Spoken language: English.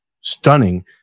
stunning